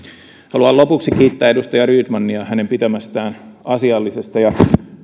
haluan lopuksi kiittää edustaja rydmania hänen pitämästään asiallisesta ja